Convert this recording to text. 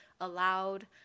allowed